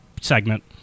segment